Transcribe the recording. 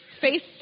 face